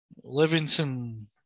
Livingston